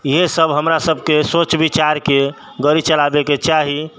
इएहे सब हमरा सबके सोच विचारके गाड़ी चलाबैके चाही